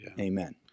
Amen